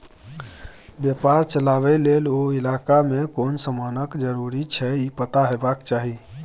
बेपार चलाबे लेल ओ इलाका में कुन समानक जरूरी छै ई पता हेबाक चाही